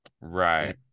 right